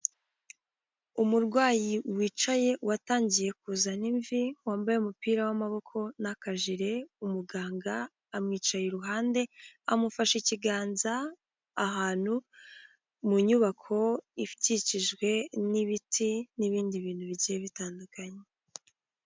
Umurwayi wicaye watangiye kuzana imvi, wambaye umupira w'amaboko n'akajire, umuganga amwica iruhande amufashe ikiganza, ahantu mu nyubako ikikijwe n'ibiti n'ibindi bintu bigiye bitandukanye.